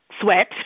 sweat